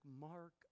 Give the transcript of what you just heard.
mark